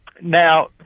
Now